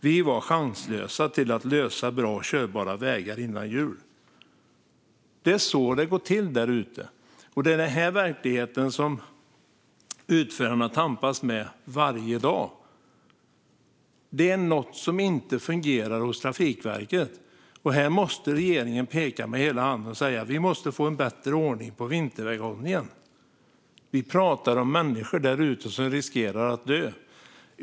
Vi var chanslösa till att lösa bra körbara vägar innan jul. Det är så det går till där ute. Det är den verkligheten som utförarna tampas med varje dag. Det är något som inte fungerar hos Trafikverket. Här måste regeringen peka med hela handen och säga: Vi måste få en bättre ordning på vinterväghållningen. Vi talar om människor där ute som riskerar att dö.